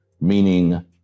meaning